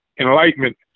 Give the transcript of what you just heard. enlightenment